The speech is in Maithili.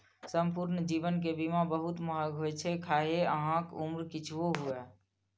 संपूर्ण जीवन के बीमा बहुत महग होइ छै, खाहे अहांक उम्र किछुओ हुअय